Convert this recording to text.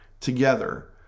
together